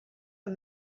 and